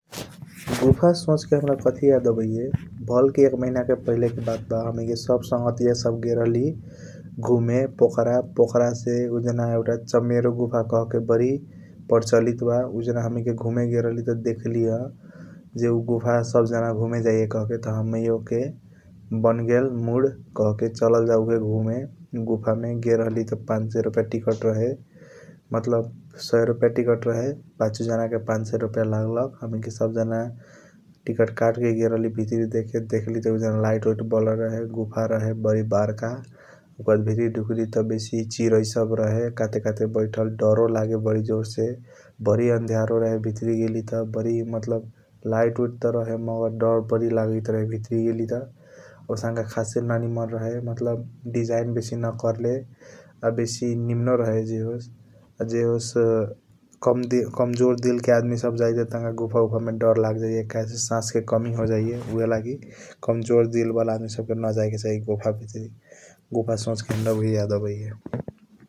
गुफा सोच के हाम्रा कथी याद आबाइया भल के एक महिना के पहिले के बात बा हमैके सब संघटिया सब गेल राहली घूमे पोखरा । पोखरा से उजान एउटा चमेरो गुफा कहके बारी परचलित बा उजना हमैके घूमे गेल राहली त देखा लीहा । ज उ गुफा सब जाना घूमे जाइया कहके त हमाइयों के बांगेल मूद कहके चलाला जऊ उहए गुमए गुफा मे उहाय पान सय रुपया टिकट रहे । मतलब सय रुपया टिकट रहे पाच जाना के पान सय रुपया लगलख हमैके सब जाना टिकट कट के गेल राहली भीतर देखे गेल रहली त उजान । लाइट ओइएट बारल रहे गुफा रहे बारी बरका उके बाद भीतर दु कलगी त बेसी चिरई सब रहे काटे काटे बैठाल दरों लगे बारी जोर स बारी आंधायरों रहे । भीतरी गेली त लाइट ऑइट त रहे मगर बारी दर लगियात रहे भीतरी गेली त आउसाँक खासे ननीमान न रहे मतलब बेसी डिजाइन बेसी न करले । बेसी निमनू रहे ज होसस ज होसस कमजोर दिल के आदमी सब जाइयात गुफा मे दर लगा जाइया टंक ससोसस के कमी होजाइया उहएलागी कमजोर दिल के आदमी सब न जय ले चाही गुफा भित्री । गुफा सोच हाम्रा उहए याद आबाइया ।